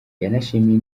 yanashimiye